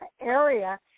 area